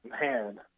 Man